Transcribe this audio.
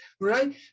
right